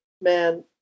man